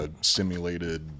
simulated